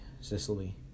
Sicily